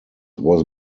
was